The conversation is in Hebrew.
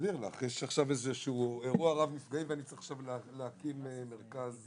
יש עכשיו אירוע רב נפגעים ואני צריך להקים מרכז